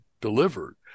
delivered